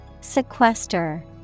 Sequester